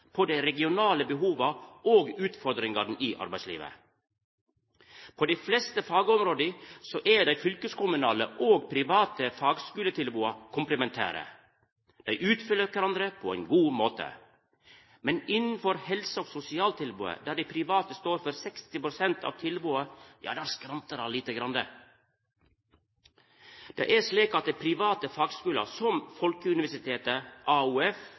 på dei regionale behova og utfordringane i arbeidslivet. På dei fleste fagområda er dei fylkeskommunale og private fagskuletilboda komplementære. Dei utfyller kvarandre på ein god måte. Men innanfor helse- og sosialtilbodet, der dei private står for 60 pst. av tilboda, skrantar det litt. Det er slik at private fagskular, som Folkeuniversitetet, AOF